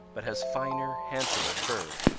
but has finer, handsomer fur.